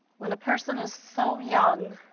when the person is so young,